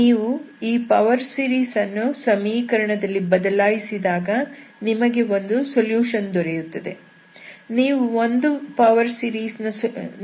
ನೀವು ಈ power series ಅನ್ನು ಸಮೀಕರಣದಲ್ಲಿ ಬದಲಾಯಿಸಿದಾಗ ನಿಮಗೆ ಒಂದು ಸೊಲ್ಯೂಷನ್ ದೊರೆಯುತ್ತದೆ